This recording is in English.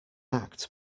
act